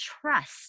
trust